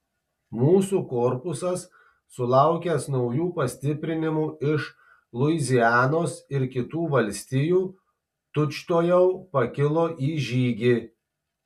mūsų korpusas sulaukęs naujų pastiprinimų iš luizianos ir kitų valstijų tučtuojau pakilo į žygį